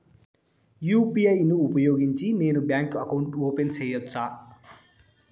UPI ను ఉపయోగించి నేను బ్యాంకు అకౌంట్ ఓపెన్ సేయొచ్చా?